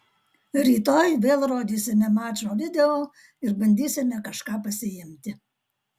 rytoj vėl rodysime mačo video ir bandysime kažką pasiimti